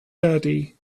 daddy